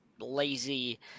lazy